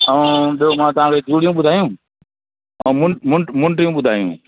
ऐं ॿियो मां तव्हांखे चूड़ियूं ॿुधायूं ऐं मूं मूं मुंडियूं ॿुधायूं